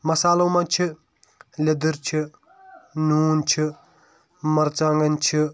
مسالو منٛز چھِ لیدٕر چھِ نوٗن چھِ مزژاگن چھِ